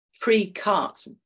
pre-cut